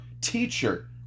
teacher